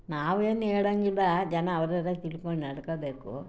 ನಾವೇನು ಹೇಳೋಂಗಿಲ್ಲ ಜನ ಅವರವ್ರೇ ತಿಳ್ಕೊಂಡು ನಡ್ಕೊಳ್ಬೇಕು